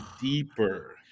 deeper